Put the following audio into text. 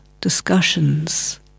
discussions